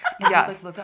Yes